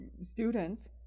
students